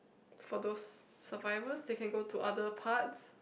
for those survivals they can go to other parts